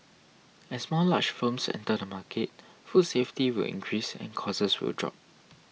as more large firms enter the market food safety will increase and costs will drop